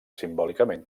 simbòlicament